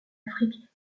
afrique